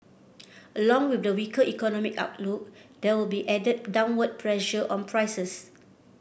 along with the weaker economic outlook there will be added downward pressure on prices